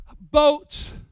boats